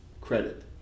credit